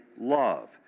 love